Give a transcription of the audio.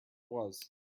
was